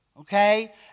okay